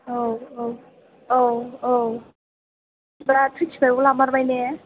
औ औ दा टुवेन्टि फाइभआव लामारबाय ने